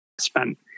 Spent